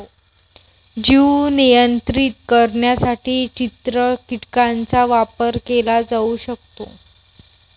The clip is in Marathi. जीव नियंत्रित करण्यासाठी चित्र कीटकांचा वापर केला जाऊ शकतो